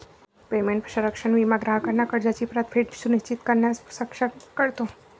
payment संरक्षण विमा ग्राहकांना कर्जाची परतफेड सुनिश्चित करण्यास सक्षम करतो